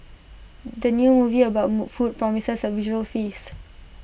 the new movie about food promises A visual feast